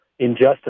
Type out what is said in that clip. Injustice